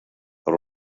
els